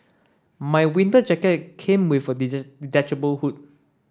my winter jacket came with a detachable hood